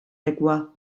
lekua